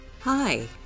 Hi